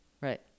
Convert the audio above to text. right